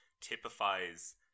typifies